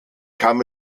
kam